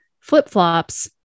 flip-flops